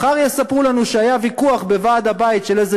מחר יספרו לנו שהיה ויכוח בוועד הבית של איזה